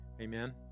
Amen